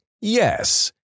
yes